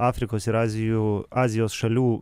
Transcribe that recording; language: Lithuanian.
afrikos ir azijų azijos šalių